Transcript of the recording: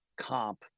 comp